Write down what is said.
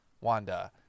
Wanda